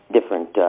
different